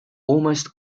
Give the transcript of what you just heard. almost